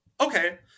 Okay